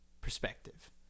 Perspective